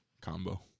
Combo